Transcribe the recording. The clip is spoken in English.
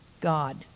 God